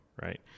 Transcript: right